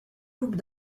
coupes